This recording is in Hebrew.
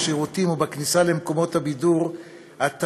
בשירותים ובכניסה למקומות בידור ולמקומות ציבוריים,